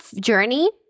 journey